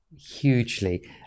hugely